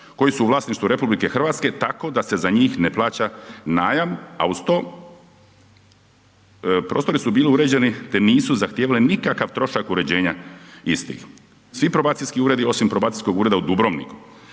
koji su u vlasništvu RH tako da se za njih ne plaća najam, a uz to prostori su bili uređeni te nisu zahtijevali nikakav trošak uređenja istih. Svi probacijski uredi osim probacijskog ureda u Dubrovniku